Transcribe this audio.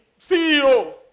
CEO